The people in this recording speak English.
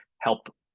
help